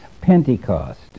Pentecost